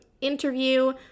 interview